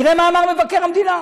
תראה מה אמר מבקר המדינה.